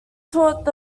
taught